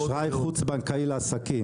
אשראי חוץ בנקאי לעסקים,